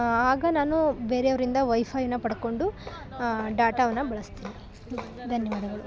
ಆಗ ನಾನು ಬೇರೆಯವರಿಂದ ವೈಫೈನ ಪಡ್ಕೊಂಡು ಡಾಟಾವನ್ನು ಬಳಸ್ತೀನಿ ಧನ್ಯವಾದಗಳು